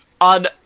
on